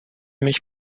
mich